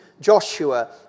Joshua